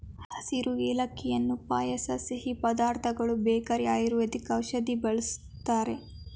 ಹಸಿರು ಏಲಕ್ಕಿಯನ್ನು ಪಾಯಸ ಸಿಹಿ ಪದಾರ್ಥಗಳು ಬೇಕರಿ ಆಯುರ್ವೇದಿಕ್ ಔಷಧಿ ಬಳ್ಸತ್ತರೆ